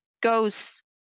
goes